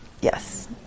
Yes